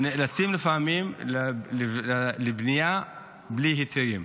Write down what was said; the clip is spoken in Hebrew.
נאלצים לפעמים לבנות בלי היתר,